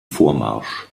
vormarsch